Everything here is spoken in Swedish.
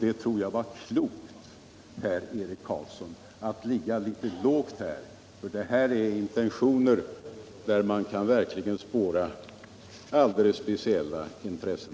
Jag tror det var klokt, herr Eric Carlsson, att ligga lågt. Detta är ett förslag bakom vilket man kan spåra alldeles speciella intressen.